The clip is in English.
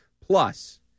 Plus